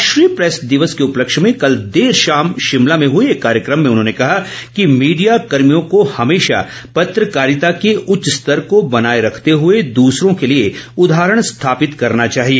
राष्ट्रीय प्रेस दिवस के उपलक्ष्य में कल देर शाम शिमला में हुए एक कार्यक्रम में उन्होंने कहा कि मीडिया कर्भियों को हमेशा पत्रकारिता के उच्च स्तर को बनाए रखते हुए दूसरों के लिए उदाहरण स्थापित करना चाहिए